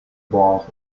boire